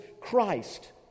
Christ